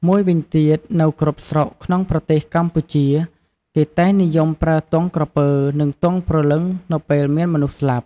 មួយវិញទៀត នៅគ្រប់ស្រុកក្នុងប្រទេសកម្ពុជា គេតែងនិយមប្រើទង់ក្រពើ និង ទង់ព្រលឹងនៅពេលមានមនុស្សស្លាប់ ។